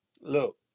look